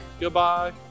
Goodbye